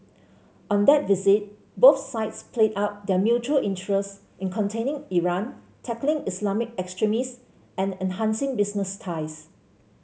on that visit both sides played up their mutual interests in containing Iran tackling Islamic extremists and enhancing business ties